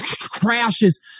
crashes